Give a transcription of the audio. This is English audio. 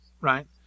Right